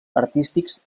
artístics